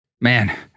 man